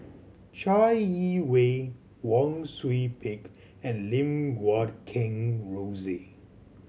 Chai Yee Wei Wang Sui Pick and Lim Guat Kheng Rosie